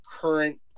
current